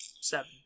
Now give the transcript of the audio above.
seven